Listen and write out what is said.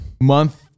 month